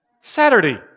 Saturday